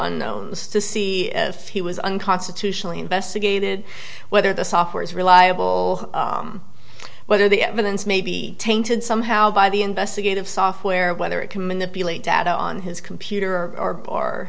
unknowns to see if he was unconstitutionally investigated whether the software is reliable whether the evidence may be tainted somehow by the investigative software whether it can manipulate data on his computer or o